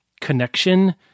connection